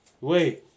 Wait